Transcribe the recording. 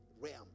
realm